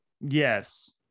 Yes